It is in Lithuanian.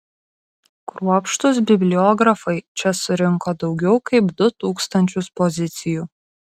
kruopštūs bibliografai čia surinko daugiau kaip du tūkstančius pozicijų